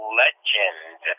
legend